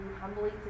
humbly